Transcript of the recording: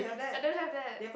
I don't have that